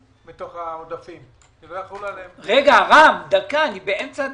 העודפים --- רק רגע, רם, אני באמצע הדיבור.